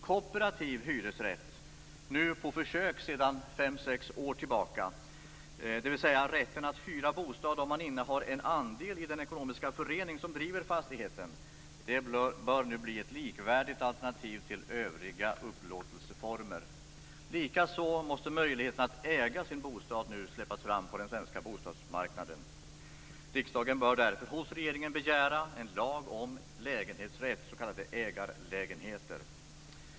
Kooperativ hyresrätt, nu på försök sedan fem sex år tillbaka, dvs. rätten att hyra bostad om man innehar en andel i den ekonomiska förening som driver fastigheten, bör bli ett likvärdigt alternativ till övriga upplåtelseformer. Likaså måste möjligheten att äga sin bostad nu släppas fram på den svenska bostadsmarknaden. Riksdagen bör därför hos regeringen begära en lag om lägenhetsrätt, s.k. ägarlägenheter.